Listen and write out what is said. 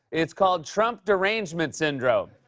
it's called trump derangement syndrome.